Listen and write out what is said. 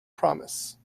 promise